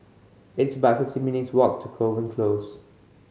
it's about fifteen minutes' walk to Kovan Close